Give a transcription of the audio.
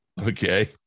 Okay